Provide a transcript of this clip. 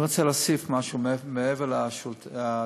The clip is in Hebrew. אני רוצה להוסיף משהו מעבר לתשובה.